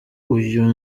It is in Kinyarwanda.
uyu